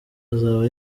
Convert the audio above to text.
azaba